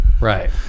Right